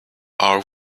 are